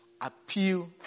appeal